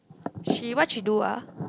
she what she do ah